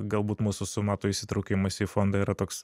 galbūt mūsų su matu įsitraukimas į fondą yra toks